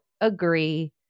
agree